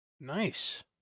nice